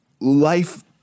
life